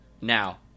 now